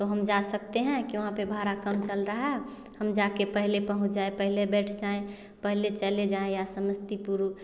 तो हम जा सकते हैं क्यों वहाँ पर भाड़ा कम चल रहा है हम जा कर पहले पहुँच जाएँ पहले बैठ जाएँ पहले चलें जाएं या समस्तीपुर